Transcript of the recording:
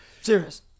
Serious